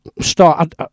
Start